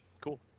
Cool